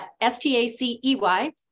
S-T-A-C-E-Y